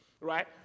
right